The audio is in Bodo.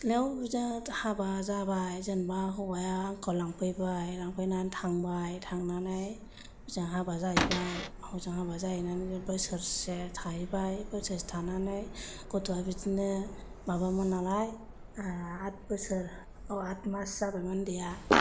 सिख्लायाव जा हाबा जाबाय जेनेबा हौवाया आंखौ लांफैबाय लांफैनानै थांबाय थांनानै हजों हाबा जाहैबाय हजों हाबा जाहैनानै बोसोरसे थाहैबाय बोसोरसे थानानै गथ'आ बिदिनो माबामोन नालाय ओ आट बोसोर अ आट मास जाबायमोन उन्दैया